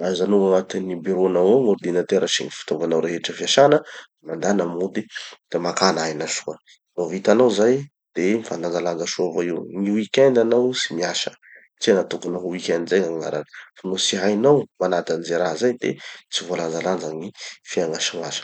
ajanogny agnatin'ny gny bureau-nao ao gn'ordinateur sy gny fitovanao rehetra fiasana, mandana mody da makà aina soa. No vitanao zay, de mifandanjalanja soa avao io. Gny weekend hanao tsy miasa, satria tokony ho weekend zay gn'agnarany. Fa no tsy hainao manaja any ze raha zay de tsy voalanjalanja gny fiaigna sy gn'asa.